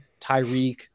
Tyreek